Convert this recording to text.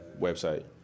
website